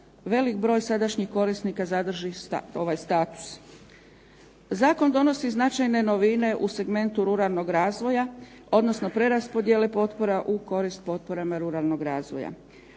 velik broj sadašnjih korisnika zadrži ovaj status. Zakon donosi značajne novine u segmentu ruralnog razvoja, odnosno preraspodjele potpora u korist potporama ruralnog razvoja.